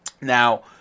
Now